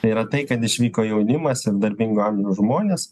tai yra tai kad išvyko jaunimas ir darbingo amžiaus žmonės